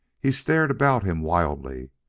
he stared about him wildly,